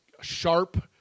sharp